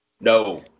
No